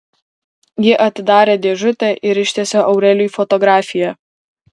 ji atidarė dėžutę ir ištiesė aurelijui fotografiją